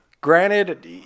Granted